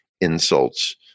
insults